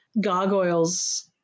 gargoyles